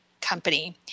company